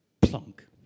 plunk